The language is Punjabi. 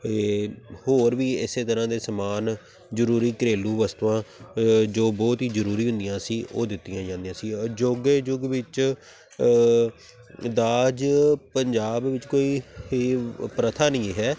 ਅਤੇ ਹੋਰ ਵੀ ਇਸ ਤਰ੍ਹਾਂ ਦੇ ਸਮਾਨ ਜ਼ਰੂਰੀ ਘਰੇਲੂ ਵਸਤੂਆਂ ਜੋ ਬਹੁਤ ਹੀ ਜ਼ਰੂਰੀ ਹੁੰਦੀਆਂ ਸੀ ਉਹ ਦਿੱਤੀਆਂ ਜਾਂਦੀਆਂ ਸੀ ਅਜੋਕੇ ਯੁੱਗ ਵਿੱਚ ਦਾਜ ਪੰਜਾਬ ਵਿੱਚ ਕੋਈ ਪ੍ਰਥਾ ਨਹੀਂ ਹੈ